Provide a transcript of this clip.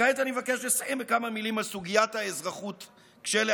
כעת אני מבקש לסיים בכמה מילים על סוגיית האזרחות כשלעצמה,